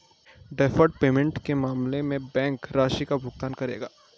deferred payment के मामले में बैंक राशि का भुगतान करेगा